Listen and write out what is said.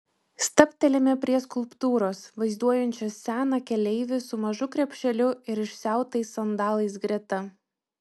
stabtelime prie skulptūros vaizduojančios seną keleivį su mažu krepšeliu ir išsiautais sandalais greta